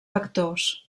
factors